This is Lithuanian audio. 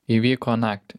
įvyko naktį